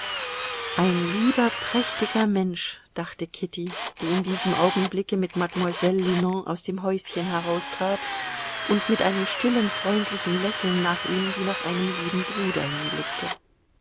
ein lieber prächtiger mensch dachte kitty die in diesem augenblicke mit mademoiselle linon aus dem häuschen heraustrat und mit einem stillen freundlichen lächeln nach ihm wie nach einem lieben bruder hinblickte